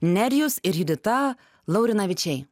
nerijus ir judita laurinavičiai